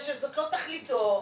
שזאת לא תכליתו,